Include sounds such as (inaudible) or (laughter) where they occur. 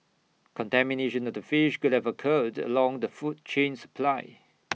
contamination of the fish could have occurred along the food chain supply (noise)